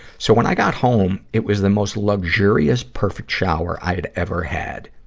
so when i got home, it was the most luxurious, perfect shower i had ever had.